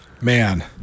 Man